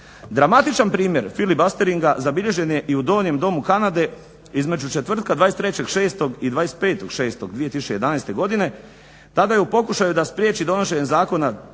Dramatičan primjer filibusteringa zabilježen je i u Donjem domu Kanade između četvrtka 23.6. i 25.6.2011. Tada je u pokušaju da spriječi donošenje zakona